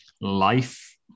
life